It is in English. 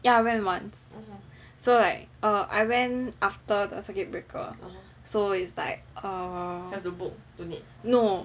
ya I went once so like err I went after the circuit breaker so is like err no